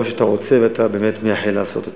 גם כשאתה רוצה ואתה באמת מייחל לעשות אותם.